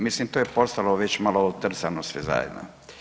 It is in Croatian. Mislim to je postalo već malo otrcano sve zajedno.